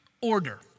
order